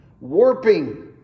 warping